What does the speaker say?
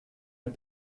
mit